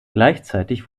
gleichzeitig